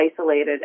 isolated